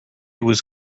was